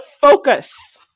focus